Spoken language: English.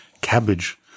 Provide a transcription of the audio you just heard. Cabbage